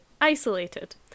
isolated